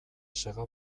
sega